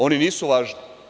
Oni nisu važni?